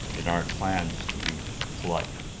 in our clans to be polite.